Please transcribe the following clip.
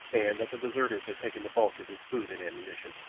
and that the deserters had taken the bulk of his food and ammunition.